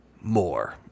more